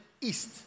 east